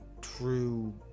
true